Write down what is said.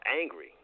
angry